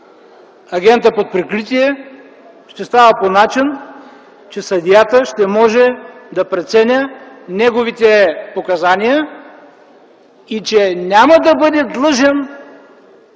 агента под прикритие ще става по начин, че съдията ще може да преценя неговите показания и че няма да бъде длъжен,